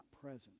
present